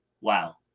wow